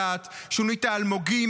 שונית האלמוגים,